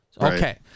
Okay